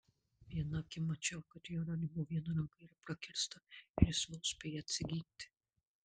viena akim mačiau kad jeronimo viena ranka yra prakirsta ir jis vos spėja atsiginti